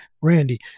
randy